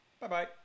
Bye-bye